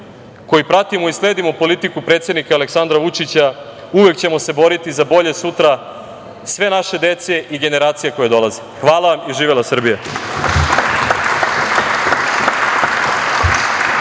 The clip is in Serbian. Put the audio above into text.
koji pratimo i sledimo politiku predsednika Aleksandra Vučića uvek ćemo se boriti za bolje sutra sve naše dece i generacija koje dolaze. Hvala i živela Srbija.